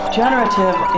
generative